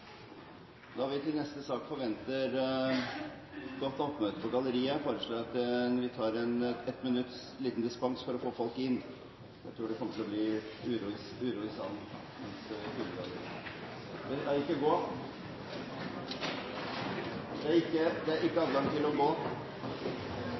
Da vi til neste sak forventer godt oppmøte på galleriet, foreslår presidenten at vi tar en liten dispens for å få folk inn. Jeg tror det kommer til å bli uro i salen mens vi fyller galleriet. Presidenten ber representantene om ikke